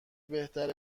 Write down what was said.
بهتر